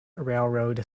railroad